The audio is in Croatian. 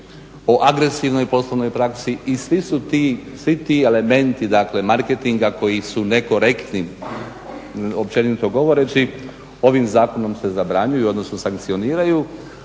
o agresivnoj poslovnoj praksi i svi su ti, svi ti elementi dakle marketinga koji su nekorektni općenito govoreći ovim zakonom se zabranjuju odnosno sankcioniraju